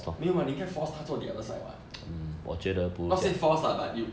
没有 [what] 你应该 force 她做 the other side [what] not say force lah but you